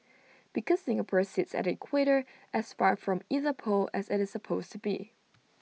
because Singapore sits at the equator as far from either pole as IT is possible to be